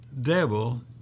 devil